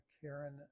Karen